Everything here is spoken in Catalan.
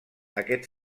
aquest